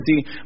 see